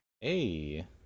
Hey